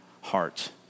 heart